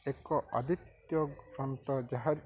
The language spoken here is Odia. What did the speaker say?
ଏକ ଆଦିତ୍ୟ ଯାହାର